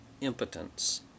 impotence